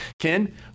Ken